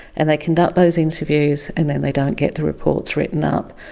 and they conduct those interviews, and then they don't get the reports written up,